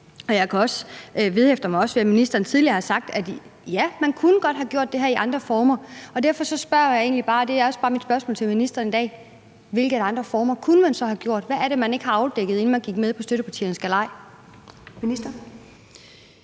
mig også ved, at ministeren tidligere har sagt: Ja, man kunne godt have gjort det her på andre måder. Derfor er mit spørgsmål til ministeren i dag: Hvilke andre måder kunne man så have gjort det på? Hvad var det, man ikke fik afdækket, inden man gik med på støttepartiernes galej?